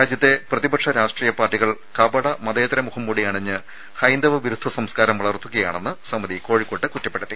രാജ്യത്തെ പ്രതിപക്ഷ രാഷ്ട്രീയ പാർട്ടികൾ കപട മതേതര മുഖംമൂടിയണിഞ്ഞ് ഹൈന്ദവ വിരുദ്ധ സംസ്കാരം വളർത്തുകയാണെന്ന് സമിതി കോഴിക്കോട്ട് കുറ്റപ്പെടുത്തി